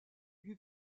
lui